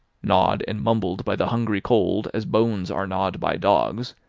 gnawed and mumbled by the hungry cold as bones are gnawed by dogs,